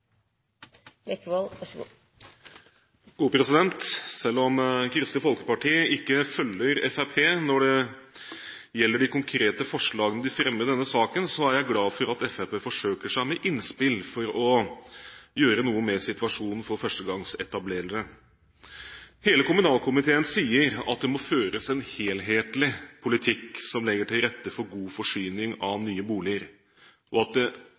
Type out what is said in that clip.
Selv om Kristelig Folkeparti ikke følger Fremskrittspartiet når det gjelder de konkrete forslagene de fremmer i denne saken, er jeg glad for at Fremskrittspartiet forsøker seg med innspill for å gjøre noe med situasjonen for førstegangsetablerere. Hele kommunalkomiteen sier at det må føres en helhetlig politikk som legger til rette for god forsyning av nye boliger, og at det